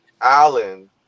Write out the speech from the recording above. allen